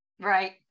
Right